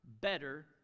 better